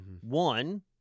One—